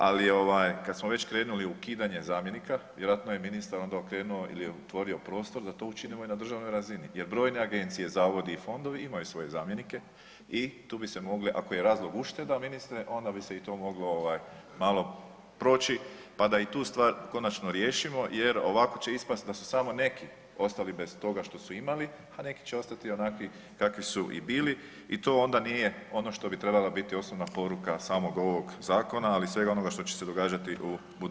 Ali kada smo već kod ukidanja zamjenika vjerojatno je ministar onda okrenuo ili otvorio prostor da to učinimo i na državnoj razini jer brojne agencije, zavodi i fondovi imaju svoje zamjenike i tu bi se mogli, ako je razlog ušteda onda bi se i to moglo malo proći pa da i tu stvar konačno riješimo jer ovako će ispasti da su samo neki ostali bez toga što su imali, a neki će ostati onakvi kakvi su i bili i to onda nije ono što bi trebala biti osnovna poruka samog ovog zakona, ali svega onoga što će se događati u budućnosti.